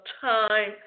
time